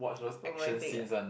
romantic ah